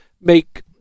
make